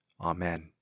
Amen